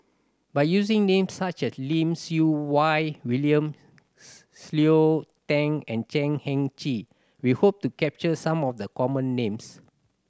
by using names such as Lim Siew Wai William Cleo Thang and Chan Heng Chee we hope to capture some of the common names